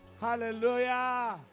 Hallelujah